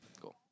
Cool